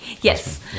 Yes